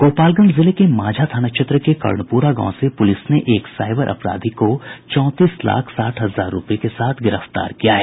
गोपालगंज जिले के मांझा थाना क्षेत्र के कर्णप्ररा गांव से प्रलिस ने एक साईबर अपराधी को चौंतीस लाख साठ हजार रूपये के साथ गिरफ्तार किया है